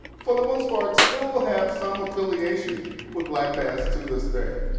for the most part, still have some affiliation with blackpast to this day.